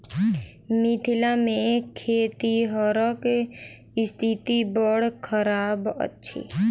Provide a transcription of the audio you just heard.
मिथिला मे खेतिहरक स्थिति बड़ खराब अछि